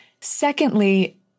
Secondly